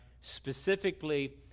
specifically